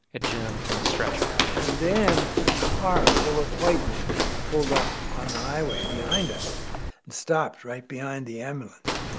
at jim on the stretcher and then a car full of white men pulled up on the highway behind us and stopped right behind the ambulance.